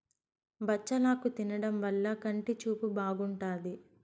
బచ్చలాకు తినడం వల్ల కంటి చూపు బాగుంటాది